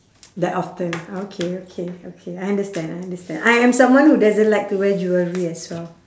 that often ah okay okay okay I understand I understand I am someone who doesn't like to wear jewellery as well